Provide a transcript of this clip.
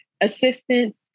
assistance